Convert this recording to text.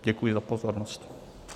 Děkuji za pozornost.